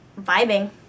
vibing